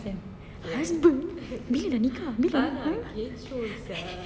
husband bila dah nikah bila ha